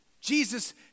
Jesus